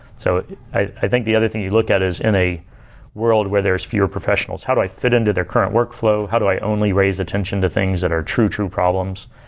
so i think the other thing you look at is in a world where there is fewer professionals, how do i fit in to their current workflow? how do i only raise attention to things that are true true problems?